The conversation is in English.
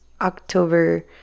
October